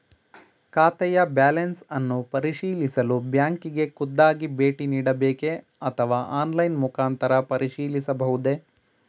ಖಾತೆಯ ಬ್ಯಾಲೆನ್ಸ್ ಅನ್ನು ಪರಿಶೀಲಿಸಲು ಬ್ಯಾಂಕಿಗೆ ಖುದ್ದಾಗಿ ಭೇಟಿ ನೀಡಬೇಕೆ ಅಥವಾ ಆನ್ಲೈನ್ ಮುಖಾಂತರ ಪರಿಶೀಲಿಸಬಹುದೇ?